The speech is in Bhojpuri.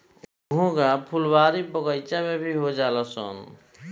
घोंघा फुलवारी बगइचा में भी हो जालनसन